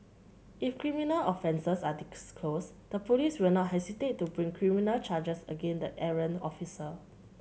if criminal offences are disclosed the police will not hesitate to bring criminal charges against the errant officer